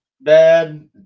bad